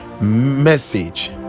message